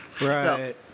Right